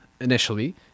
initially